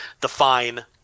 define